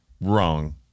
Wrong